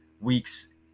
weeks